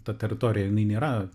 ta teritorija jinai nėra